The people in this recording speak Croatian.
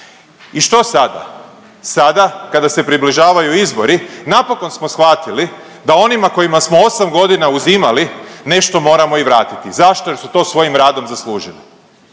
I što sada? Sada kada se približavaju izbori, napokon smo shvatili da onima kojima smo 8 godina uzimali nešto moramo i vratiti. Zašto? Jer su to svojim radom zaslužili